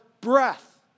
breath